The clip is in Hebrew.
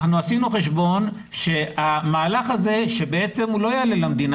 אנחנו עשינו חשבון שמהלך הזה שבעצם לא יעלה למדינה